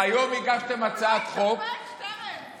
הוא לא התאפק, שטרן.